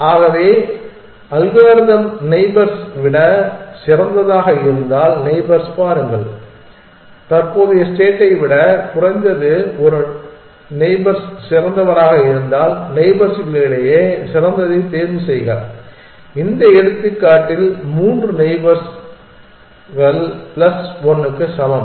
ஆகவே algorithm neighbours விட சிறந்ததாக இருந்தால் நெய்பர்ஸ் பாருங்கள் தற்போதைய ஸ்டேட்டை விட குறைந்தது ஒரு நெய்பர்ஸ் சிறந்தவராக இருந்தால் நெய்பர்ஸ்களிடையே சிறந்ததைத் தேர்வுசெய்க இந்த எடுத்துக்காட்டில் மூன்று நெய்பர்ஸ்கள் பிளஸ் 1 க்கு சமம்